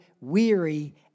weary